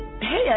Hey